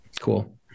cool